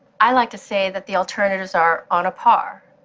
i like to say that the alternatives are on a par.